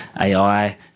AI